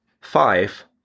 five